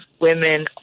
women